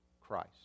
Christ